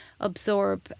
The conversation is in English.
absorb